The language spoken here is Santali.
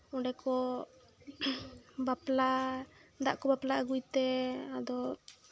ᱚᱸᱰᱮ ᱠᱚ ᱵᱟᱯᱞᱟ ᱫᱟᱜ ᱠᱚ ᱵᱟᱯᱞᱟ ᱟᱹᱜᱩᱭ ᱛᱮ ᱟᱫᱚ